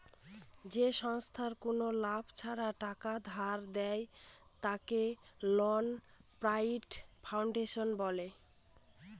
যে সংস্থায় কোনো লাভ ছাড়া টাকা ধার দেয়, তাকে নন প্রফিট ফাউন্ডেশন বলে